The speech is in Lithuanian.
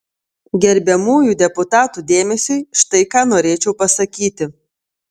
gerbiamųjų deputatų dėmesiui štai ką norėčiau pasakyti